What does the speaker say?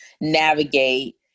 navigate